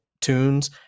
tunes